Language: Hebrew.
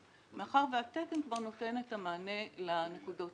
מאחר שהתקן כבר נותן את המענה לנקודות האלה.